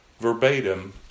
verbatim